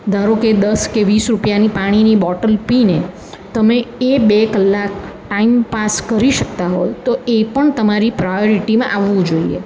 ધારો કે દસ કે વીસ રૂપિયાની પાણીની બોટલ પીને તમે એ બે કલાક ટાઈમ પાસ કરી શકતા હો તો એ પણ તમારી પ્રાયોરિટીમાં આવવું જોઈએ